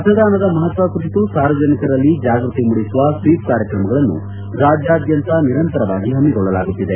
ಮತದಾನದ ಮಪತ್ವ ಕುರಿತು ಸಾರ್ವಜನಿಕರಲ್ಲಿ ಜಾಗೃತಿ ಮೂಡಿಸುವ ಸ್ವೀಪ್ ಕಾರ್ಯಕ್ರಮಗಳನ್ನು ರಾಜ್ಕಾದ್ಯಂತ ನಿರಂತರವಾಗಿ ಪಮ್ಮಿಕೊಳ್ಳಲಾಗುತ್ತಿದೆ